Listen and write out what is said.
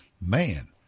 Man